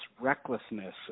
recklessness